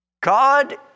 God